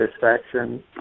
satisfaction